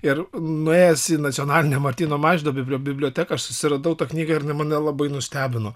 ir nuėjęs į nacionalinę martyno mažvydo biblio biblioteką aš susiradau tą knygą ir jinai mane labai nustebino